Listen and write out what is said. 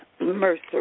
Mercer